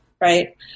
right